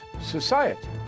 society